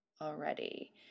already